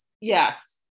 Yes